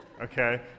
Okay